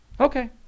okay